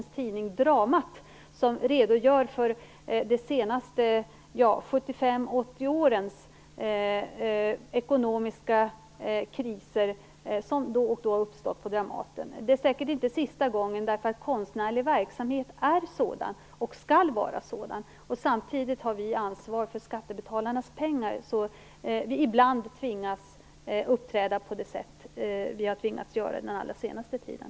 Där finns det en redogörelse för de senaste 75-80 årens ekonomiska kriser som då och då har uppstått på Dramaten. Det är säkert inte sista gången; konstnärlig verksamhet är sådan och skall vara sådan. Samtidigt har vi ju ansvar för skattebetalarnas pengar, och ibland tvingas vi uppträda på det sätt som vi har gjort under den allra senaste tiden.